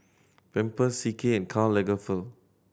Pampers C K and Karl Lagerfeld